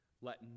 Let